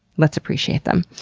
let's appreciate them.